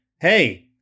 hey